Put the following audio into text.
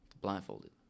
blindfolded